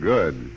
Good